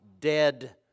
dead